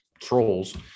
trolls